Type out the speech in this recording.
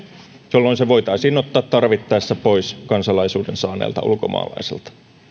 jolloin se voitaisiin ottaa tarvittaessa pois kansalaisuuden saaneelta ulkomaalaiselta